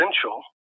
essential